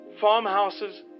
farmhouse's